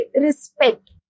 Respect